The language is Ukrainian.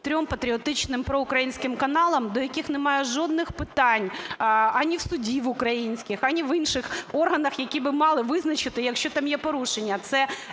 трьом патріотичним проукраїнським каналам, до яких немає жодних питань, ані в судів українських, ані в інших органах, які би мали визначити, якщо там є порушення,